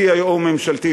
CIO ממשלתי,